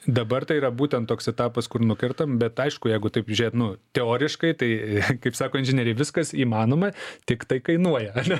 dabar tai yra būtent toks etapas kur nukertam bet aišku jeigu taip žiūrėt nu teoriškai tai kaip sako inžinieriai viskas įmanoma tiktai kainuoja ane